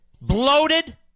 bloated